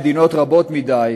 מדינות רבות מדי,